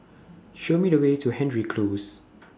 Show Me The Way to Hendry Close